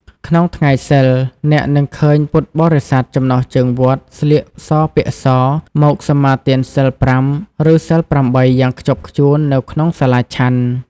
ក្នុងថ្ងៃសីល អ្នកនឹងឃើញពុទ្ធបរិស័ទចំណុះជើងវត្តស្លៀកសពាក់ស មកសមាទានសីលប្រាំ ឬសីលប្រាំបីយ៉ាងខ្ជាប់ខ្ជួននៅក្នុងសាលាឆាន់។